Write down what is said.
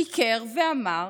שיקר ואמר